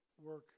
work